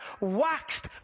waxed